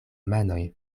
manoj